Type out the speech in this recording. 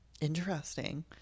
Interesting